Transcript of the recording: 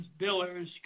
billers